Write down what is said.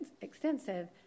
extensive